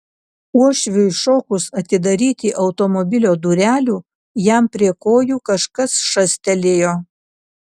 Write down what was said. uošviui šokus atidaryti automobilio durelių jam prie kojų kažkas šastelėjo